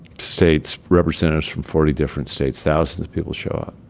states representatives from forty different states, thousands of people show up.